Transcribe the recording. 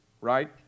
Right